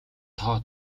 тоо